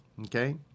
Okay